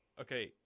Okay